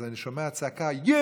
אז אני שומע צעקה "יש".